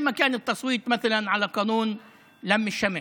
למשל כמו שהייתה ההצבעה על חוק איחוד משפחות.